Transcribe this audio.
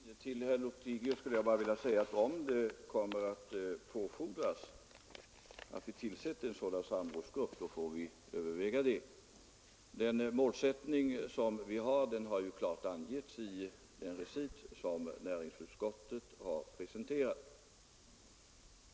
Herr talman! Till herr Lothigius vill jag bara säga att om det kommer att påfordras att vi tillsätter en samrådsgrupp så får vi överväga det. Målsättningen har klart angivits i den recit som näringsutskottet har presenterat.